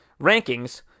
rankings